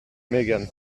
megan